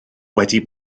wedi